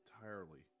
entirely